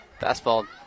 Fastball